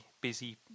busy